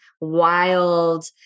wild